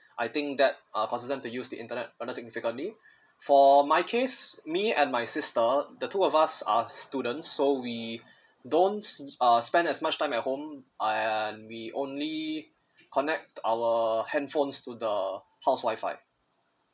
I think that uh consider to use the internet under significantly for my case me and my sister the two of us are students so we don't uh spend as much time at home and we only connect our handphones to the house Wi-Fi